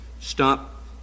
stop